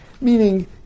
Meaning